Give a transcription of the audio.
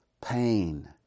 pain